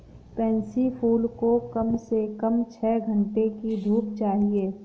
pansy फूल को कम से कम छह घण्टे की धूप चाहिए